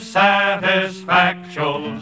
satisfactual